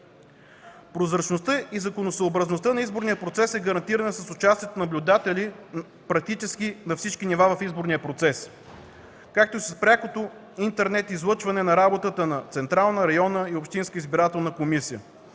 Прозрачността и законосъобразността на изборния процес е гарантирана практически с участието на наблюдатели на всички нива в изборния процес, както и с прякото интернет излъчване на работата на Централна, районна и общинска избирателни комисии.